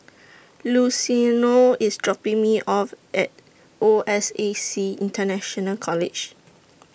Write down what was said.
Luciano IS dropping Me off At O S A C International College